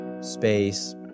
space